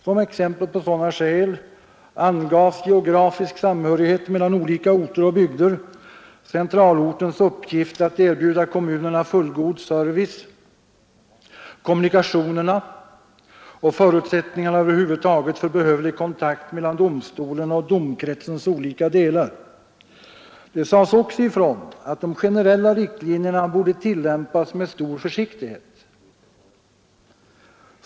Som exempel på sådana skäl angavs geografisk samhörighet mellan olika orter och bygder, centralortens uppgift att erbjuda kommunerna fullgod service, kommunikationerna och förutsättningarna över huvud taget för behövlig kontakt mellan domstolen och domkretsens olika delar. Det sades också ifrån att de generella riktlinjerna borde tillämpas med stor försiktighet.